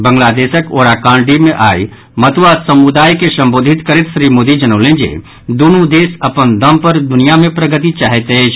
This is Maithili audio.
बांग्लादेशक ओराकांडी मे आई मतुआ समुदाय के के संबोधित करैत श्री मोदी जनौलनि जे दूनु देश अपन दम पर दुनिया मे प्रगति चाहैत अछि